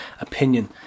opinion